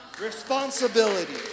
responsibility